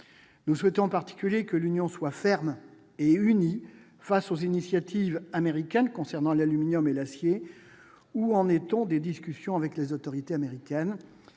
Nous souhaitons en particulier que l'Union soit ferme et unie face aux initiatives américaines concernant l'aluminium et l'acier. Où en est-on des discussions avec les autorités américaines ?